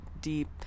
deep